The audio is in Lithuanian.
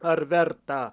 ar verta